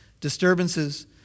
disturbances